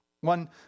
one